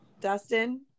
Dustin